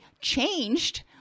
changed